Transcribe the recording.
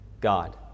God